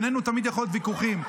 בינינו תמיד יכולים להיות ויכוחים.